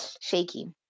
shaky